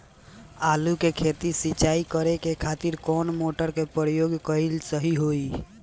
आलू के खेत सिंचाई करे के खातिर कौन मोटर के प्रयोग कएल सही होई?